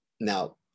now